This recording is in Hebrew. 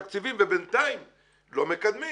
תקציבים ובינתיים לא מקדמים